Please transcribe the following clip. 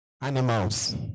animals